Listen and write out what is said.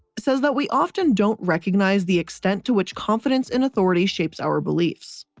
says that we often don't recognize the extent to which confidence in authority shapes our beliefs.